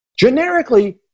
Generically